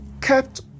kept